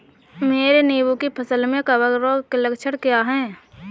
मेरी नींबू की फसल में कवक रोग के लक्षण क्या है?